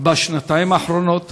בשנתיים האחרונות